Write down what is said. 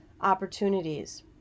opportunities